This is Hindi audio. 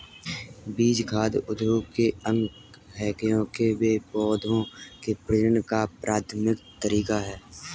बीज खाद्य उद्योग के अंग है, क्योंकि वे पौधों के प्रजनन का प्राथमिक तरीका है